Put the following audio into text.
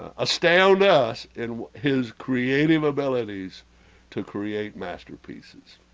ah astound us in his creative abilities to create masterpieces